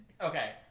Okay